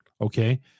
Okay